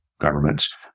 governments